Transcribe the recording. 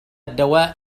الدواء